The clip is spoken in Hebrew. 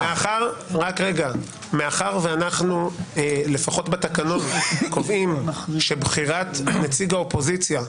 משותפת -- מאחר שלפחות בתקנון אנחנו קובעים שבחירת נציג האופוזיציה,